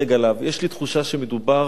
יש לי תחושה שמדובר במשהו,